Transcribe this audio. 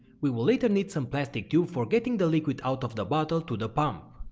we will later need some plastic tube for getting the liquid out of the bottle to the pump.